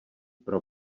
pro